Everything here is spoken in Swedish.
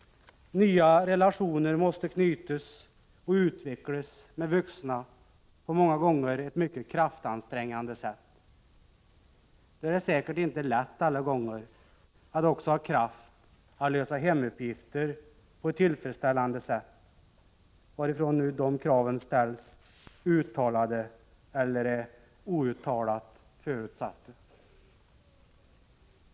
Nya relationer måste knytas och utvecklas med vuxna, många gånger på ett mycket kraftansträngande sätt. Då är det säkert inte alla gånger lätt att också ha kraft att lösa hemuppgifter på ett tillfredsställande sätt — varifrån än de kraven ställs, uttalade eller outtalat förutsatta.